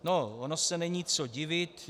No, ono se není co divit.